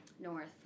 North